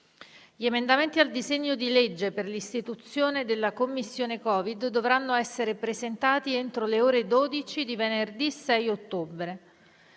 Gli emendamenti al disegno di legge per l'istituzione della Commissione Covid dovranno essere presentati entro le ore 12 di venerdì 6 ottobre.